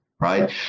right